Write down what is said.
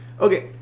Okay